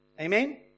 Amen